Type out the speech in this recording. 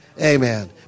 Amen